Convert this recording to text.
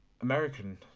american